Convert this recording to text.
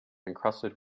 encrusted